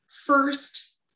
first